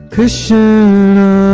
Krishna